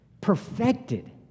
Perfected